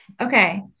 Okay